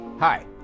Hi